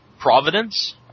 Providence